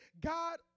God